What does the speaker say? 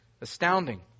astounding